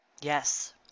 Yes